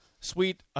sweet